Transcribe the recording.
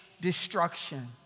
destruction